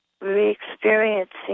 re-experiencing